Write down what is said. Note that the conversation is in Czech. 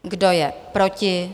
Kdo je proti?